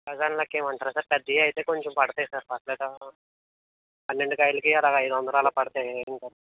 dozen లెక్క వేయమంటారా sir పెద్దవి అయితే కొంచెం పడతాయి సార్ పర్వాలేదా పన్నెండు కాయలకి అలాగ ఐదు వందలు అలా పడతాయి ఏమి కదా